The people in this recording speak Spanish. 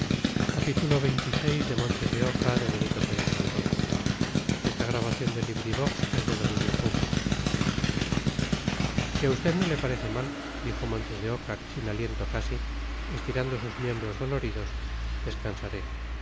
si a usted no le parece mal dijo montes de oca sin aliento casi estirando sus miembros doloridos descansaré